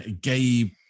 gay